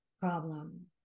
problem